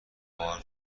بار